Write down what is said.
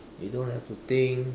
you don't have to think